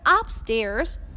upstairs